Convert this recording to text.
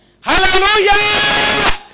Hallelujah